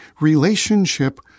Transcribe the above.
relationship